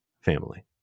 family